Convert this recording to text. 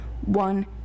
one